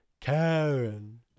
Karen